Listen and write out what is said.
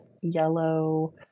yellow